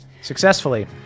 successfully